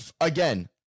again